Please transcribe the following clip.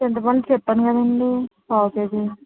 చింతపండు చెప్పాను కదండి పావుకేజీ